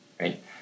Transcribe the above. right